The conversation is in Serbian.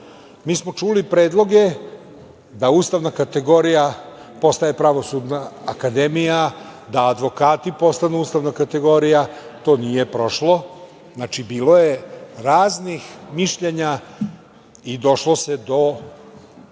Mi smo čuli predloge da ustavna kategorija postane Pravosudna akademija, da advokati postanu ustavna kategorija. To nije prošlo. Znači, bilo je raznih mišljenja i došlo se do